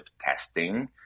testing